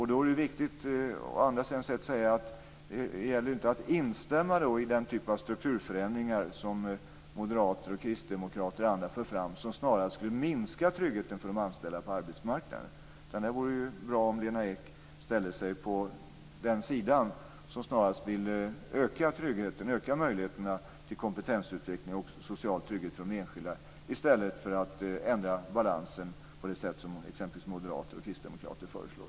Då är det viktigt att säga att det gäller att inte instämma i den typ av strukturförändringar som moderater och kristdemokrater för fram. De skulle snarast minska tryggheten för de anställda på arbetsmarknaden. Det vore ju bra om Lena Ek ställde sig på den sida som vill öka möjligheterna till kompetensutveckling och social trygghet för den enskilde i stället för att ändra balansen på det sätt som exempelvis moderater och kristdemokrater föreslår.